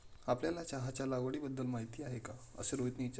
आपल्याला चहाच्या लागवडीबद्दल माहीती आहे का असे रोहितने विचारले?